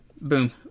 boom